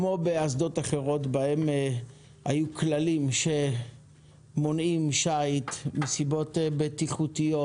כמו באסדות אחרות שבהן היו כללי שמונעים שיט מסיבות בטיחותיות